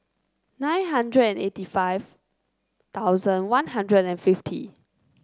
nine hundred and eighty five thousand One Hundred and fifty